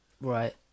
right